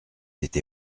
été